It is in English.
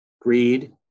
greed